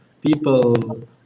people